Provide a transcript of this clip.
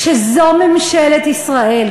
כשזו ממשלת ישראל,